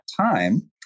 time